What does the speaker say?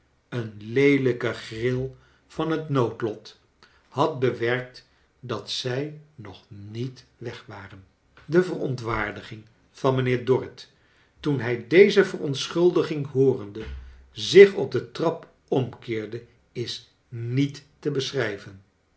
een leelijke gril van het noodlot had bewerkt dat zij nog niet weg waren de verontwaardiging van mijnheer dorrit toen hij deze verontschuldiging hoorende zich op de trap omkeerde is niet te beschrijven